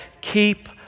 keep